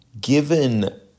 given